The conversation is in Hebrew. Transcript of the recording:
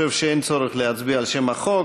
חושב שאין צורך להצביע על שם החוק.